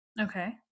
okay